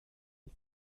des